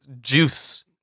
juice